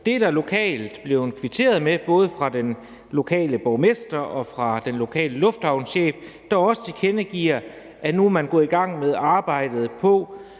Det er der lokalt blev kvitteret for, både fra den lokale borgmester og fra den lokale lufthavnschef, der også tilkendegiver, at man nu er gået i gang med arbejdet